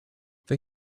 they